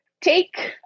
take